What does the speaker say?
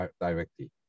directly